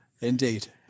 indeed